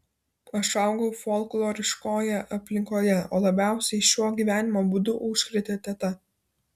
aš augau folkloriškoje aplinkoje o labiausiai šiuo gyvenimo būdu užkrėtė teta